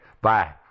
Bye